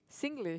Singlish